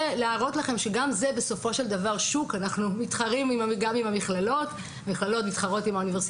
גם זה שוק, אנחנו מתחרים במכללות והן בנו,